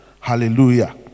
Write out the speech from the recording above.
hallelujah